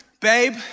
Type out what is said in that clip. Babe